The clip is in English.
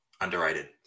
Underrated